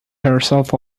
herself